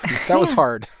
that was hard.